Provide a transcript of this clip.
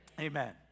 Amen